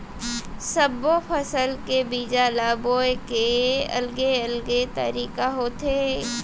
सब्बो फसल के बीजा ल बोए के अलगे अलगे तरीका होथे